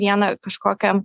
vieną kažkokią